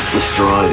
Destroy